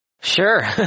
Sure